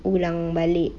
ulang balik